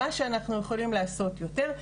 מה שאנחנו יכולים לעשות יותר,